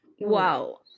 Wow